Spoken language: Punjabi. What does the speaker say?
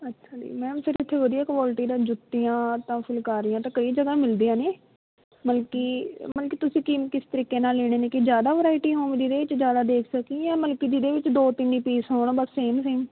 ਅੱਛਾ ਜੀ ਮੈਮ ਫਿਰ ਇੱਥੇ ਵਧੀਆ ਕੁਆਲਿਟੀ ਦਾ ਜੁੱਤੀਆਂ ਤਾਂ ਫੁੱਲਕਾਰੀਆਂ ਤਾਂ ਕਈ ਜਗ੍ਹਾ ਮਿਲਦੀਆਂ ਨੇ ਮਤਲਬ ਕਿ ਮਤਲਬ ਕਿ ਤੁਸੀਂ ਕਿ ਕਿਸ ਤਰੀਕੇ ਨਾਲ਼ ਲੈਣੇ ਨੇ ਕਿ ਜ਼ਿਆਦਾ ਵਰਾਇਟੀ ਹੋਣ ਜਿਹਦੇ 'ਚ ਜ਼ਿਆਦਾ ਦੇਖ ਸਕੀਏ ਜਾਂ ਮਤਲਬ ਕਿ ਜਿਹਦੇ ਵਿੱਚ ਦੋ ਤਿੰਨ ਹੀ ਪੀਸ ਹੋਣ ਬਸ ਸੇਮ ਸੇਮ